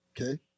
Okay